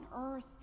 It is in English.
earth